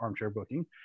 armchairbooking